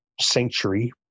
sanctuary